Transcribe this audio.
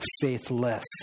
faithless